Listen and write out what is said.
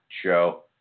show